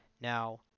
now